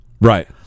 Right